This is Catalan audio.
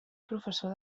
professor